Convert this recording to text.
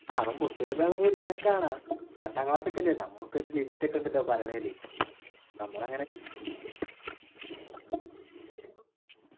ആ അവൻ ബുക്ക് എടുത്ത് ഇരിക്കുന്ന കാണാം പത്താം ക്ലാസ് ഒക്കെ അല്ലേ നമുക്ക് ഒരു ലിമിറ്റ് ഒക്കെ ഉണ്ടല്ലോ പറയുന്നതില് നമ്മൾ അങ്ങനെ